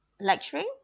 lecturing